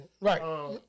Right